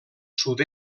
sud